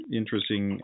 interesting